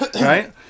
right